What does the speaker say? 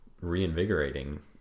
reinvigorating